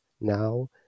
now